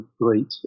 great